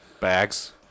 Bags